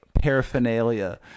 paraphernalia